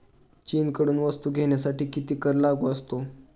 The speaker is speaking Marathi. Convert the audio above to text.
चीनकडून वस्तू घेण्यासाठी किती कर लागू असतो?